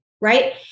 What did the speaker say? Right